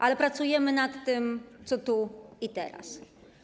Ale pracujemy nad tym, co tu i teraz.